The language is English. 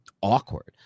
awkward